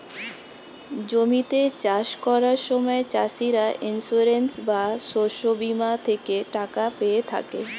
জমিতে চাষ করার সময় চাষিরা ইন্সিওরেন্স বা শস্য বীমা থেকে টাকা পেয়ে থাকে